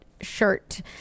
shirt